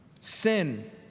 Sin